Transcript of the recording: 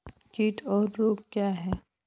कीट और रोग क्या हैं?